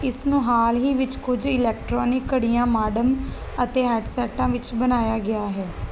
ਇਸ ਨੂੰ ਹਾਲ ਹੀ ਵਿੱਚ ਕੁਝ ਇਲੈਕਟ੍ਰਾਨਿਕ ਘੜੀਆਂ ਮਾਡਮ ਅਤੇ ਹੈੱਡਸੈੱਟਾਂ ਵਿੱਚ ਬਣਾਇਆ ਗਿਆ ਹੈ